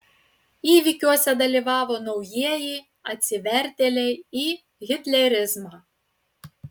įvykiuose dalyvavo naujieji atsivertėliai į hitlerizmą